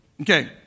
Okay